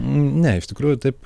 ne iš tikrųjų taip